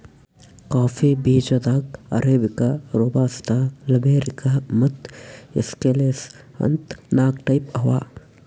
coffee ಬೀಜಾದಾಗ್ arabica, robusta, liberica ಮತ್ತ್ excelsa ಅಂತ್ ನಾಕ್ ಟೈಪ್ ಅವಾ